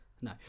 No